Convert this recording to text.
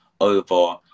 over